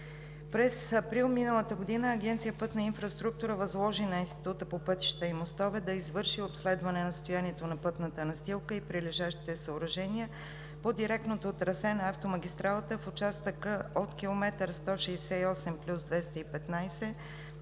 През април миналата година Агенция „Пътна инфраструктура“ възложи на Института по пътища и мостове да извърши обследване на състоянието на пътната настилка и прилежащите съоръжения по директното трасе на автомагистралата в участъка от км 168+215